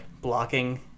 blocking